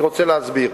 אני רוצה להסביר.